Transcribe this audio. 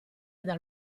dal